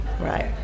Right